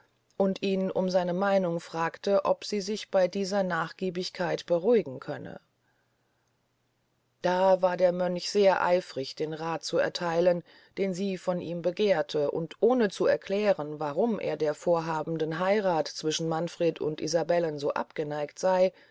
und ihn um seine meinung fragte ob sie sich bey ihrer nachgiebigkeit beruhigen könne da war der mönch sehr eifrig den rath zu ertheilen den sie von ihm begehrte und ohne zu erklären warum er der vorhabenden heirath zwischen manfred und isabellen so abgeneigt sey